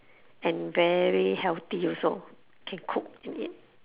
and very healthy also can cook and eat